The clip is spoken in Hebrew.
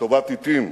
לטובת אתים,